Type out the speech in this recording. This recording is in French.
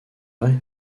vrai